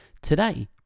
Today